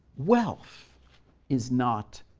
wealth is not